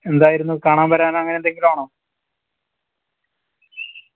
എന്തായിരുന്നു കാണാൻ വരാനോ അങ്ങനെ എന്തെങ്കിലും ആണോ